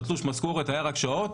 בתלוש המשכורת היו רק שעות,